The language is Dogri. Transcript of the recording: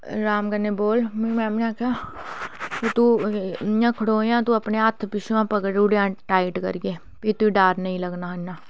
आराम कन्नै बोल मिगी मैम ने आखेआ तूं स्टेज उप्पर खड़ोएआं अपने हत्थ इक दुऐ कन्नै बनी ओड़ेआं फिर तुगी डर नेईं लगना इन्ना